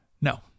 No